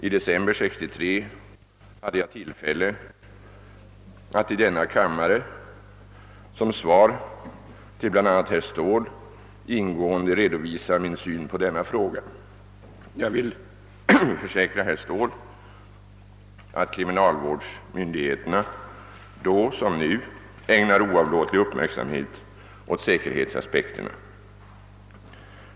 I december 1963 hade jag tillfälle att i denna kammare som svar på interpellationer bl.a. av herr Ståhl ingående redovisa min syn på denna fråga. Jag vill försäkra herr Ståhl att kriminalvårdsmyndigheterna nu som tidigare ägnar oavlåtlig uppmärksamhet åt säkerhetsaspekterna.